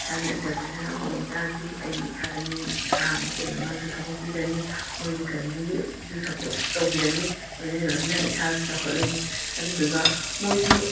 ꯏꯁꯥꯅ ꯑꯦꯟꯇꯔꯄ꯭ꯔꯦꯅꯔ ꯑꯃ ꯑꯣꯏ ꯇꯥꯔꯗꯤ ꯑꯩꯒꯤ ꯏꯈꯥꯗ ꯃꯤ ꯇꯔꯥ ꯑꯃ ꯀꯨꯟ ꯑꯃꯁꯨ ꯊꯕꯛ ꯄꯤꯔꯅꯤ ꯃꯣꯏꯒꯤ ꯐꯦꯃꯂꯤꯒꯤꯁꯨ ꯁꯞꯄꯣꯔꯠ ꯇꯧꯕꯤꯔꯅꯤ ꯂꯣꯏꯅ ꯂꯣꯏꯅꯅ ꯏꯁꯥꯁꯨ ꯆꯥꯎꯈꯠꯂꯅꯤ ꯑꯗꯨꯗꯨꯒ ꯃꯣꯏꯁꯨ